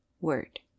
Word